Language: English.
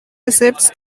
receipts